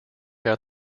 out